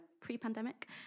pre-pandemic